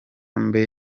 mbe